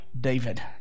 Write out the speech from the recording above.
David